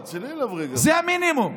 זה המינימום.